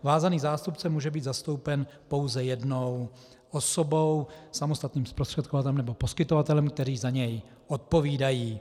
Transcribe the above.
Vázaný zástupce může být zastoupen pouze jednou osobou, samostatným zprostředkovatelem nebo poskytovatelem, kteří za něj odpovídají.